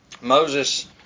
Moses